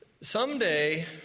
someday